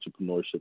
entrepreneurship